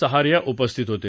सहारिया उपस्थित होते